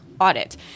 audit